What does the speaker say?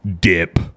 dip